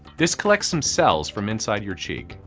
this collects some cells from inside your cheek,